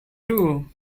two